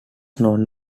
known